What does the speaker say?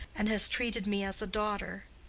and has treated me as a daughter.